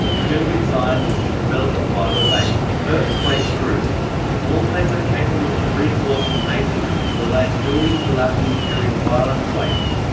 german scientists develop a fiber-based earthquake-proof wallpaper capable of reinforcing masonry and delaying building collapses during violent quakes.